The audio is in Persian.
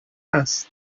است